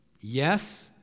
yes